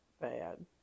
bad